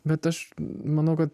bet aš manau kad